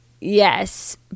Yes